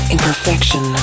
Imperfection